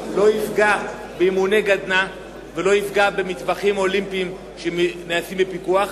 לא יפגע באימוני גדנ"ע ולא יפגע במטווחים אולימפיים שנעשים בפיקוח,